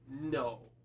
No